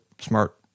smart